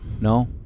No